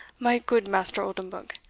my goot master oldenbuck,